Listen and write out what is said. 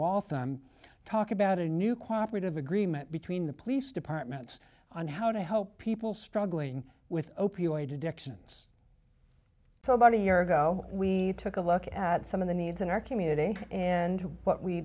waltham talk about a new cooperative agreement between the police departments on how to help people struggling with opioid addictions so about a year ago we took a look at some of the needs in our community and what we